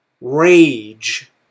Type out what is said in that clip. rage